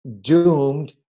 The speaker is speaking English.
doomed